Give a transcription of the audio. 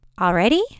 Already